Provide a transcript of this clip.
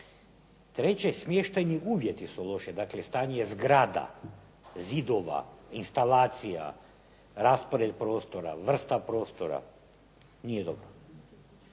Treće, smještajni uvjeti su loši. Dakle stanje zgrada, zidova, instalacija, raspored prostora, vrsta prostora. Nije dobro.